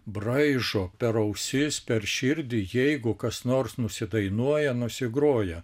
braižo per ausis per širdį jeigu kas nors nusidainuoja nusigroja